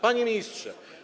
Panie Ministrze!